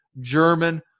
German